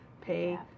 pay